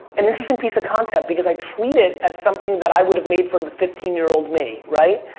an interesting piece of content because i treat it as something that i would've made for the fifteen year old me, right?